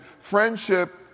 friendship